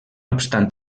obstant